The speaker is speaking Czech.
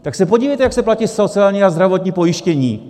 Tak se podívejte, jak se platí sociální a zdravotní pojištění!